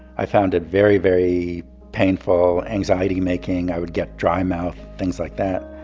i found it very, very painful, anxiety making. i would get dry mouth, things like that.